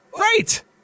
Right